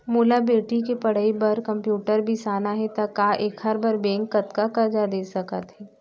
मोला बेटी के पढ़ई बार कम्प्यूटर बिसाना हे त का एखर बर बैंक कतका करजा दे सकत हे?